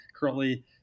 currently